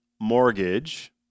mortgage